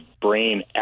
brain